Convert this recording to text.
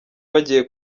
bagiye